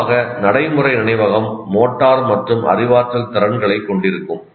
பொதுவாக நடைமுறை நினைவகம் மோட்டார் மற்றும் அறிவாற்றல் திறன்களைக் கொண்டிருக்கும்